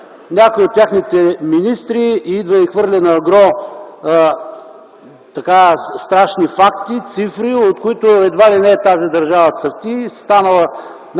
Някой от техните министри идва и хвърля ангро страшни факти, цифри, от които едва ли не тази държава цъфти, станала най-после